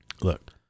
Look